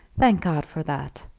thank god for that.